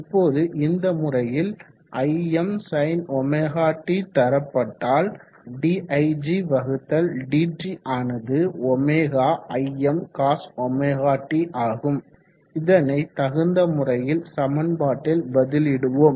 இப்போது இந்த முறையில் Imsinωt தரப்பட்டால் digdt ஆனது ωImcosωt ஆகும் இதனை தகுந்த முறையில் சமன்பாட்டில் பதிலிடுவோம்